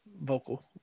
vocal